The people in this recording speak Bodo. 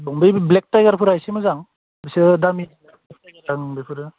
बै ब्लेक टाइगारफोरा एसे मोजां बिसोर दामि ओं बेफोरो